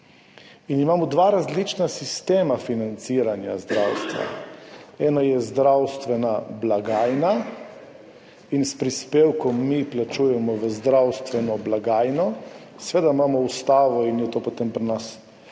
Imamo dva različna sistema financiranja zdravstva. Ena je zdravstvena blagajna, in s prispevkom mi plačujemo v zdravstveno blagajno, seveda imamo ustavo in je to potem pri nas OZZ